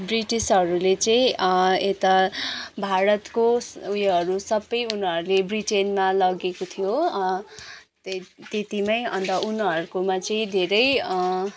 ब्रिटिसहरूले चाहिँ यता भारतको उयोहरू सबै उनीहरूले ब्रिटेनमा लगेको थियो त्यतिमै अन्त उनीहरूकोमा चाहिँ धेरै